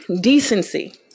decency